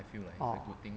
ah